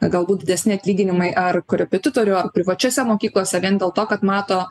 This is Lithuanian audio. galbūt didesni atlyginimai ar korepetitorių ar privačiose mokyklose vien dėl to kad mato